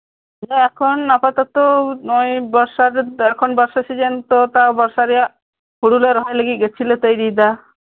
ᱤᱧ ᱫᱚ ᱮᱠᱷᱚᱱ ᱟᱯᱟᱛᱚᱛ ᱱᱚᱜᱼᱚᱭ ᱵᱚᱨᱥᱟ ᱨᱮᱫᱚ ᱤᱧ ᱫᱚ ᱵᱚᱨᱥᱟ ᱥᱤᱡᱮᱱ ᱨᱮᱭᱟᱜ ᱦᱩᱲᱩ ᱞᱮ ᱨᱚᱦᱚᱭ ᱞᱟᱹᱜᱤᱫ ᱜᱟᱹᱪᱷᱤ ᱞᱮ ᱛᱳᱭᱨᱤᱭᱮᱫᱟ